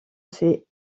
ses